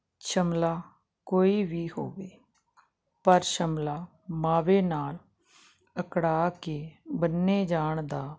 ਸ਼ਮਲਾ ਕੋਈ ਵੀ ਹੋਵੇ ਪਰ ਸ਼ਮਲਾ ਮਾਵੇ ਨਾਲ ਅਕੜਾ ਕੇ ਬੰਨੇ ਜਾਣ ਦਾ